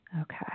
Okay